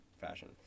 fashion